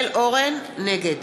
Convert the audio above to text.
נגד